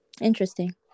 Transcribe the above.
Interesting